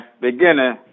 beginner